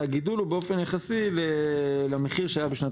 והגידול הוא באופן יחסי למחיר שהיה בשנת